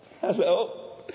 Hello